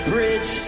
Bridge